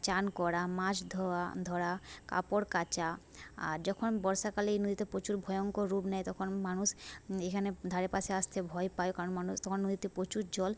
স্নান করা মাছ ধোয়া ধরা কাপড় কাচা আর যখন বর্ষাকালে এই নদীতে প্রচুর ভয়ঙ্কর রূপ নেয় তখন মানুষ এখানে ধারে পাশে আসতে ভয় পায় কারণ মানুষ তখন নদীতে প্রচুর জল